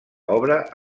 obra